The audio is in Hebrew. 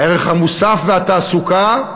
הערך המוסף והתעסוקה,